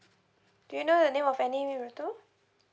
do you know the name of any rirutu